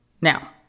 Now